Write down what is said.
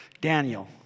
Daniel